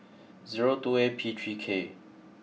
zero two A P three K